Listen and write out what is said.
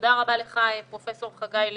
תודה רבה לך, פרופ' חגי לוין.